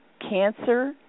cancer